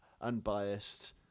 unbiased